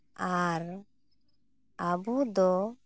ᱟᱨ ᱟᱵᱚ ᱫᱚ